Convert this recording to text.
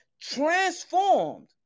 Transformed